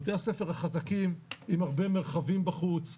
בתי הספר החזקים עם הרבה מרחבים בחוץ,